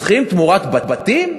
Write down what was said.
רוצחים תמורת בתים?